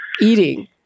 eating